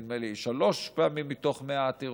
נדמה לי, היא שלוש פעמים מתוך 100 עתירות,